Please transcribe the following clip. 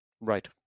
Right